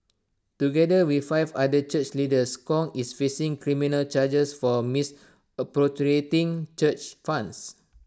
together with five other church leaders Kong is facing criminal charges for A misappropriating church funds